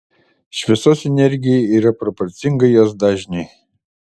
šviesos energija yra proporcinga jos dažniui